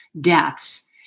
deaths